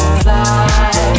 fly